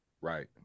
right